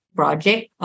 project